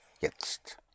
Jetzt